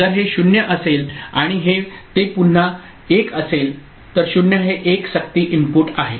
जर हे 0 असेल आणि हे पुन्हा 1 असेल तर 0 हे एक सक्ती इनपुट आहे